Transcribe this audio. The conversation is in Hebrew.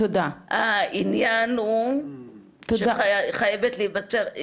העניין הוא שחייבת להיווצר,